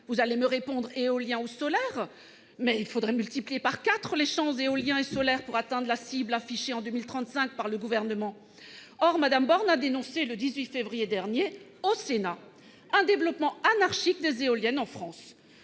Vous me répondrez « éolien ou solaire », mais il faudrait multiplier par quatre les champs éoliens et solaires pour atteindre la cible affichée en 2035 par le Gouvernement. Or Mme Borne a dénoncé, le 18 février dernier au Sénat, un développement anarchique des éoliennes en France